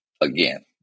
Again